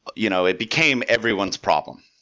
you know it became everyone's problem.